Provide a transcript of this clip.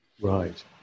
Right